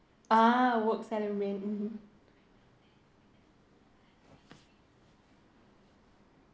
ah work salary